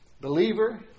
believer